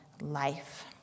life